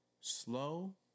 slow